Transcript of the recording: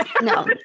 No